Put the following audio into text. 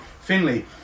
Finley